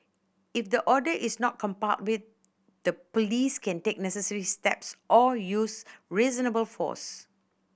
if the order is not complied with the Police can take necessary steps or use reasonable force